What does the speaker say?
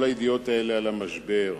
כל הידיעות האלה על המשבר,